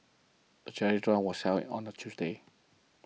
the charity run was held on a Tuesday